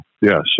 yes